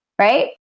right